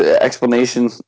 Explanation